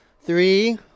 three